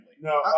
No